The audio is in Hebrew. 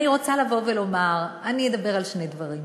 אני רוצה לומר, אני אדבר על שני דברים.